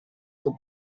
che